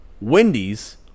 Wendy's